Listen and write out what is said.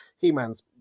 He-Man's